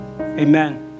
Amen